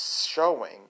showing